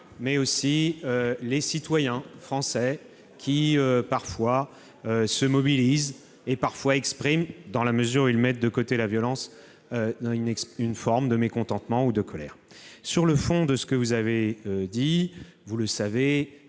mais aussi les citoyens français, qui, parfois, se mobilisent et parfois expriment, dans la mesure où ils mettent de côté la violence, une forme de mécontentement ou de colère. Sur le fond de votre propos, vous le savez,